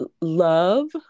love